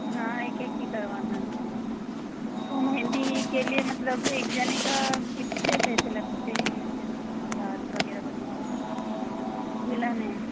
हाँ एक एक की करवाना है तो मेहंदी के लिए मतलब एक जने का कितने पैसे लगते हैं एक जने के हाथ वगैरह बनवाओ दुल्हन है